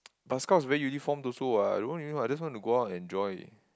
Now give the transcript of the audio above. but Scouts very uniform also [what] I don't want uniform I just want to go out enjoy